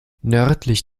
nördlich